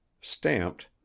stamped